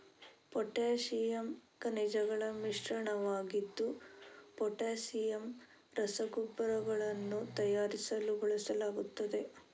potassium ಖನಿಜಗಳ ಮಿಶ್ರಣವಾಗಿದ್ದು potassium ರಸಗೊಬ್ಬರಗಳನ್ನು ತಯಾರಿಸಲು ಬಳಸಲಾಗುತ್ತದೆ